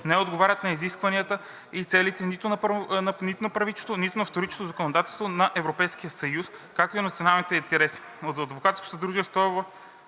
не отговарят на изискванията и целите нито на първичното, нито на вторичното законодателство на Европейския съюз, както и на националните интереси.